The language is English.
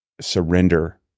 surrender